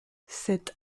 cette